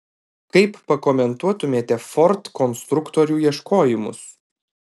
kaip pakomentuotumėte ford konstruktorių ieškojimus